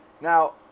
Now